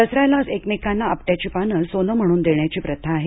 दसऱ्याला एकमेकांना आपट्याची पानं सोनं म्हणून देण्याची प्रथा आहे